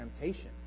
temptation